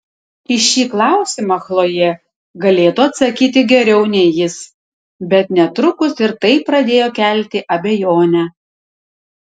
į šį klausimą chlojė galėtų atsakyti geriau nei jis bet netrukus ir tai pradėjo kelti abejonę